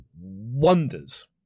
wonders